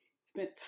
spent